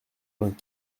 vingt